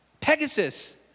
Pegasus